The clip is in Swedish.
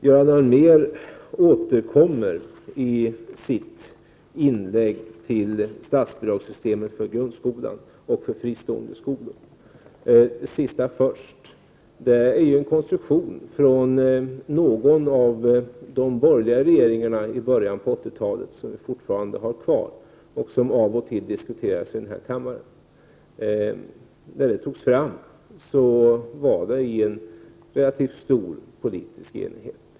Göran Allmér återkommer i sitt inlägg till statsbidragssystemet för grundskolan och för fristående skolor. Jag tar det sista först. Det är en konstruktion från någon av de borgerliga regeringarna i början av 1980-talet som vi fortfarande har kvar och som av och till diskuteras i denna kammare. Den togs fram i relativt stor politisk enighet.